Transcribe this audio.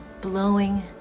blowing